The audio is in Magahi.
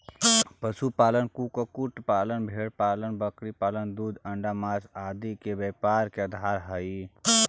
पशुपालन, कुक्कुट पालन, भेंड़पालन बकरीपालन दूध, अण्डा, माँस आदि के व्यापार के आधार हइ